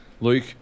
Luke